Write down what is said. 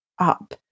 up